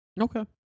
Okay